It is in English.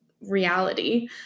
reality